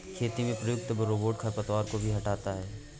खेती में प्रयुक्त रोबोट खरपतवार को भी हँटाता है